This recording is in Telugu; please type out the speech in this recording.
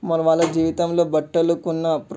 మళ్ళీ వాళ్ళ జీవితంలో బట్టలు కొన్న